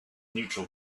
neutral